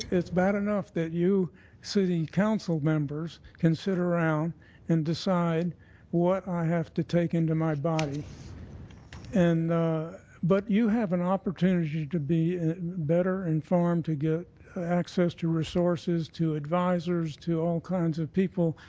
it's bad enough that you city council members can sit around and decide what i have to take into my body and but you have an opportunity to be better informed to get access to resources, to um visors, to all kinds of people,